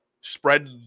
spread